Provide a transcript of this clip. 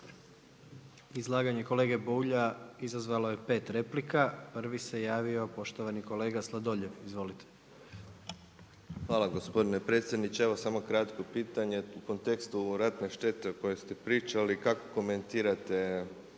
Izlaganje kolege Bulja izazvalo je 5 replika. Prvi se javio poštovani kolega Sladoljev. Izvolite. **Sladoljev, Marko (MOST)** Hvala gospodine predsjedniče. Evo samo kratko pitanje, u kontekstu ratne štete o kojoj ste pričali kako komentirate